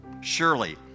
Surely